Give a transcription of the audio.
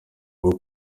rwo